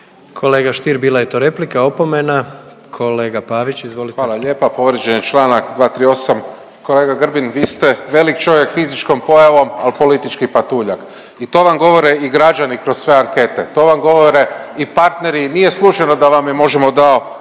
Kolega Stier bila je to replika, opomena. Kolega Pavić, izvolite. **Pavić, Marko (HDZ)** Hvala lijepa. Povrijeđen je Članak 238., kolega Grbin vi ste velik čovjek fizičkom pojavom, ali politički patuljak. I to vam govore i građani kroz sve ankete, to vam govore i partneri i nije slučajno da vam je Možemo! dao